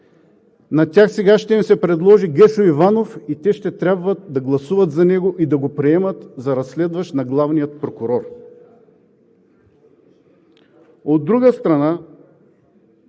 на тях сега ще им се предложи Гешо Иванов и ще трябва да гласуват за него и да го приемат за разследващ на главния прокурор.